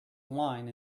wine